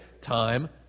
time